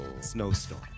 snowstorm